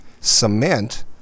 cement